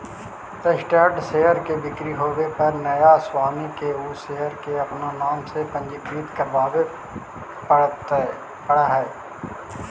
registered share के बिक्री होवे पर नया स्वामी के उ शेयर के अपन नाम से पंजीकृत करवावे पड़ऽ हइ